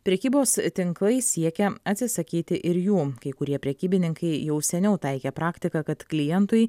prekybos tinklai siekia atsisakyti ir jų kai kurie prekybininkai jau seniau taikė praktiką kad klientui